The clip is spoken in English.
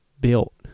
built